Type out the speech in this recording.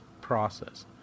process